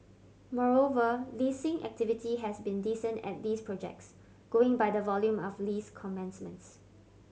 moreover leasing activity has been decent at these projects going by the volume of lease commencements